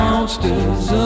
Monsters